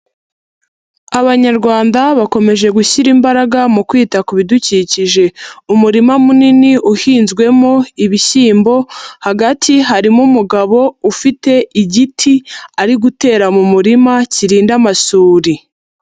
Abanyarwanda bakomeje gushyira imbaraga mu kwita ku bidukikije, umurima munini uhinzwemo ibishyimbo hagati harimo umugabo ufite igiti ari gutera mu murima kirinda amasuri.